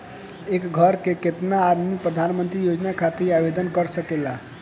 एक घर के केतना आदमी प्रधानमंत्री योजना खातिर आवेदन कर सकेला?